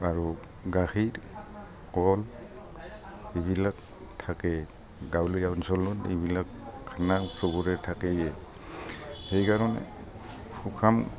আৰু গাখীৰ কল এইবিলাক থাকেই গাঁৱলীয়া অঞ্চলত এইবিলাক নাম চবৰে থাকেই সেইকাৰণে শুকান